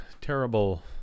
terrible